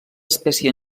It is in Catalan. espècie